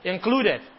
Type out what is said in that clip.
Included